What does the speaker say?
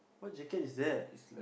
what jacket is that